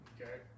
Okay